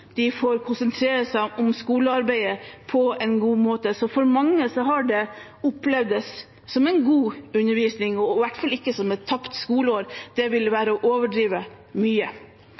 de får konsentrere seg om skolearbeidet på en god måte. Så for mange har det opplevdes som en god undervisning, og i hvert fall ikke som et tapt skoleår. Det ville være å overdrive mye.